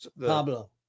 Pablo